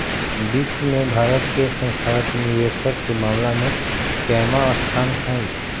विश्व में भारत के संस्थागत निवेशक के मामला में केवाँ स्थान हई?